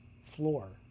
floor